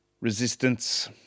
resistance